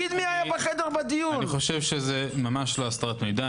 זה ממש לא הסתרת מידע.